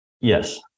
yes